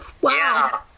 Wow